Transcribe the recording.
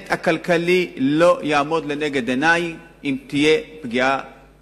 האלמנט הכלכלי לא יעמוד לנגד עיני אם תהיה פגיעה